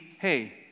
hey